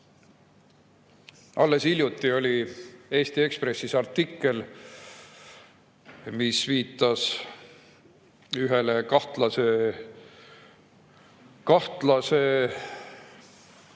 Alles hiljuti oli Eesti Ekspressis artikkel, mis viitas ühele kahtlase